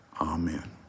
Amen